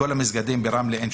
למסגדים ברמלה.